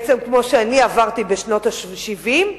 בעצם כמו שאני עברתי בשנות ה-70,